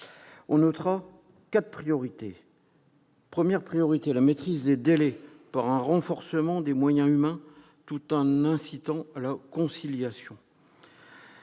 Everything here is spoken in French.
On notera quatre priorités. La première est la maîtrise des délais grâce à un renforcement des moyens humains, tout en incitant à la conciliation.